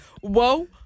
Whoa